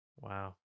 wow